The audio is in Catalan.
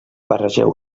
barregeu